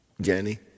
Jenny